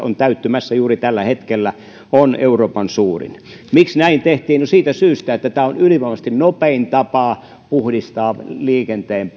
on täyttymässä juuri tällä hetkellä on euroopan suurin miksi näin tehtiin no siitä syystä että tämä on ylivoimaisesti nopein tapa puhdistaa liikenteen